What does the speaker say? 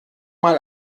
mal